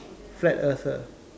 flat Earther